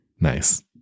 nice